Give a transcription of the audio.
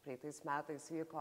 praeitais metais vyko